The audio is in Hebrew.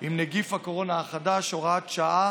עם נגיף הקורונה החדש (הוראת שעה)